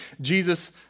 Jesus